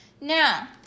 Now